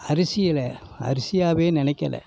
அரிசிகளை அரிசியாகவே நினைக்கல